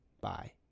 Bye